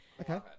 Okay